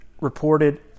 reported